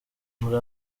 muri